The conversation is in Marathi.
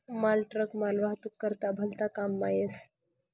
मालट्रक मालवाहतूक करता भलता काममा येस